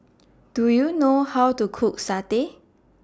Do YOU know How to Cook Satay